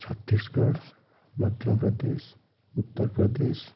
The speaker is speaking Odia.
ଛତିଶଗଡ଼ ମଧ୍ୟପ୍ରଦେଶ ଉତ୍ତରପ୍ରଦେଶ